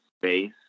space